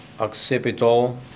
Occipital